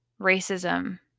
racism